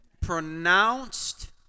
pronounced